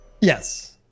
Yes